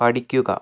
പഠിക്കുക